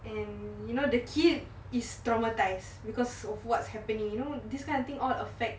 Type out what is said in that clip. and you know the kid is traumatised because of what's happening you know this kind of thing all affect